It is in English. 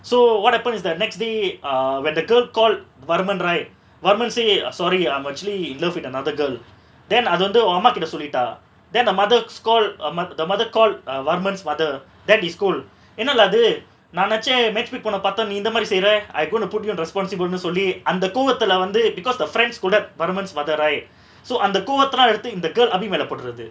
so what happen is that next day err when the girl called varman right varman say ah sorry I'm actually in love with another girl then அதுவந்து:athuvanthu oh அம்மா கிட்ட சொல்லிட்டா:amma kitta sollita then the mother scold err moth~ the mother call err varman's mother then he scold என்ன:enna lah இது நா நெனச்ச:ithu na nenacha match fit பொன்ன பாத்து நீ இந்தமாரி செய்ர:ponna paathu nee inthamari seira I gonna put you responsible ன்னு சொல்லி அந்த கோவத்துல வந்து:nu solli antha kovathula vanthu because the friends கூட:kooda varman's mother right so அந்த கொவதலா எடுத்து இந்த:antha kovathala eduthu intha girl abi மேல போட்டுர்ரது:mela poturrathu